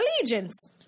Allegiance